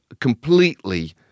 completely